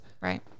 Right